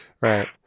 Right